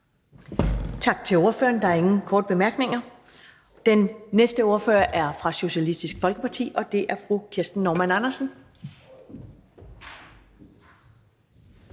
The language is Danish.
Tak til ordføreren. Der er ingen korte bemærkninger. Den næste ordfører er fra Socialistisk Folkeparti, og det er fru Kirsten Normann Andersen.